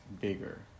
bigger